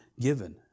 given